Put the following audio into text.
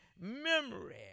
memory